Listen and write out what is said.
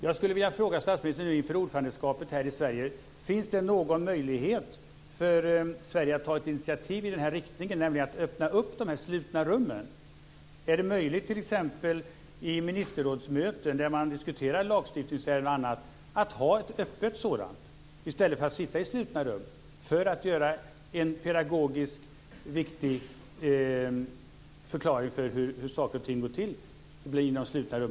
Jag skulle inför ordförandeskapet här i Sverige vilja fråga statsministern om det finns någon möjlighet för Sverige att ta ett initiativ i den här riktningen, nämligen att man öppnar upp de här slutna rummen. Är det möjligt att t.ex. ha ett öppet ministerrådsmöte, där lagstiftningsärenden och annat diskuteras, i stället för att man sitter i slutna rum? Då skulle man kunna göra en pedagogisk viktig förklaring av hur saker och ting går till inom slutna rum.